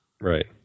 Right